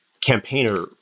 campaigner